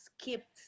skipped